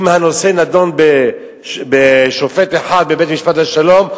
אם הנושא נדון אצל שופט אחד בבית-משפט השלום,